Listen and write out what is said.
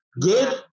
Good